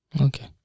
Okay